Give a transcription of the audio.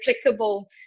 applicable